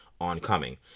oncoming